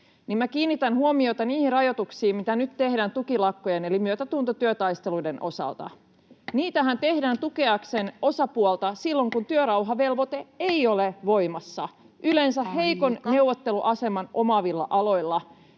kiinnitän huomiota niihin rajoituksiin, mitä nyt tehdään tukilakkojen eli myötätuntotyötaisteluiden osalta. [Antti Lindtman: Juuri näin! — Puhemies koputtaa] Niitähän tehdään tukeakseen osapuolta silloin kun työrauhavelvoite ei ole voimassa yleensä heikon neuvotteluaseman omaavilla aloilla.